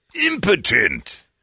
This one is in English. Impotent